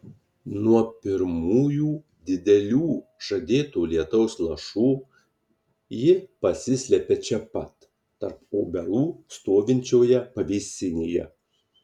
nuo pirmųjų didelių žadėto lietaus lašų ji pasislepia čia pat tarp obelų stovinčioje pavėsinėje